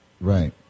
Right